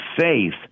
faith